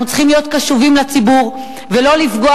אנחנו צריכים להיות קשובים לציבור ולא לפגוע